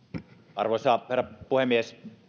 arvoisa herra puhemies